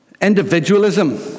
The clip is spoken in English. individualism